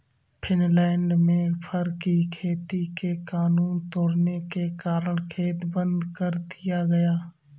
Finland में fur की खेती के कानून तोड़ने के कारण खेत बंद कर दिया गया